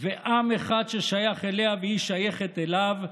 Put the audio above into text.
ועם אחד ששייך אליה והיא שייכת אליו,